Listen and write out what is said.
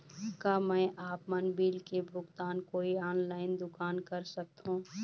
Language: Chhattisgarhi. का मैं आपमन बिल के भुगतान कोई ऑनलाइन दुकान कर सकथों?